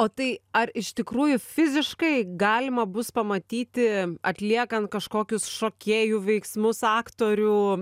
o tai ar iš tikrųjų fiziškai galima bus pamatyti atliekant kažkokius šokėjų veiksmus aktorių